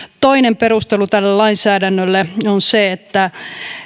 toinen perustelu tälle lainsäädännölle on se että